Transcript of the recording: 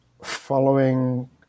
following